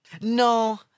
No